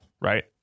Right